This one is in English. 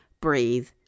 breathe